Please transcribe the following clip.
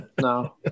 no